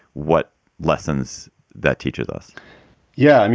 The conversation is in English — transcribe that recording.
what lessons that teaches us yeah. i mean,